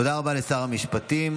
תודה רבה לשר המשפטים,